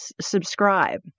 subscribe